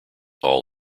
all